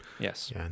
Yes